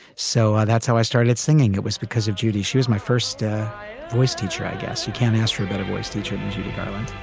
so that's how i started singing. it was because of judy she was my first voice teacher. i guess you can't ask for a better voice teacher judy garland